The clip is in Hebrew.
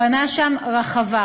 בנה שם רחבה.